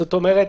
זאת אומרת,